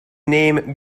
name